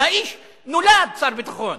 האיש נולד שר הביטחון,